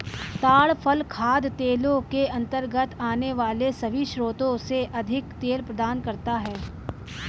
ताड़ फल खाद्य तेलों के अंतर्गत आने वाले सभी स्रोतों से अधिक तेल प्रदान करता है